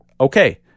Okay